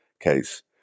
case